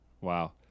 Wow